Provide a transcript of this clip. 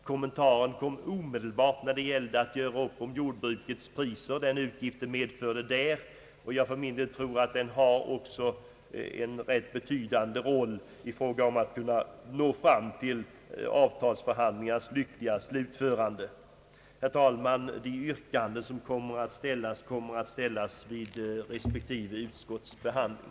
Kommentarer gjordes omedelbart när det gällde uppgörelsen om jordbrukets priser och den merutgift räntestegringen medförde därvidlag. Jag tror att den också spelar en betydande roll vad det gäller att nå fram till avtalsförhandlingarnas slutförande. Herr talman! Yrkandena beträffande de här aktuella utlåtandena kommer att ställas vid resp. utlåtandes behandling.